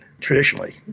traditionally